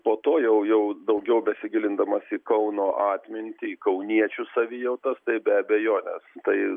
po to jau jau daugiau besigilindamas į kauno atmintį į kauniečių savijautas tai be abejonės tai